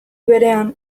berean